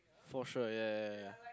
for sure ya ya ya ya